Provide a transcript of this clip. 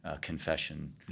confession